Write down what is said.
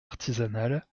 artisanale